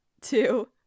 two